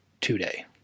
today